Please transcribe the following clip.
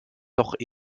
doch